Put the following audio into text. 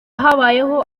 habayeho